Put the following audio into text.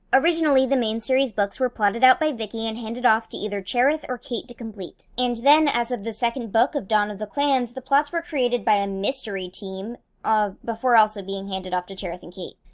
originally, the main series books were plotted out by vicky and handed off to either cherith or kate to complete, and then as of the second book of dawn of the clans, the plots were created by a mystery team before also being handed off to cherith or and kate.